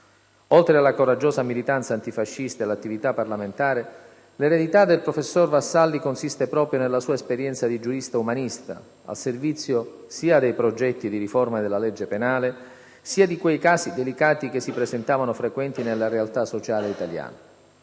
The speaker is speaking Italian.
Oltre alla coraggiosa militanza antifascista e all'attività parlamentare, l'eredità del professor Vassalli consiste proprio nella sua esperienza di giurista umanista, al servizio sia dei progetti di riforma della legge penale, sia di quei casi delicati che si presentavano frequenti nella realtà sociale italiana.